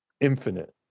infinite